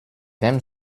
wem